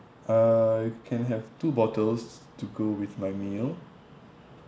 uh can have two bottles to go with my meal